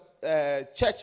church